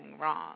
wrong